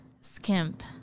skimp